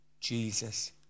Jesus